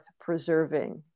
preserving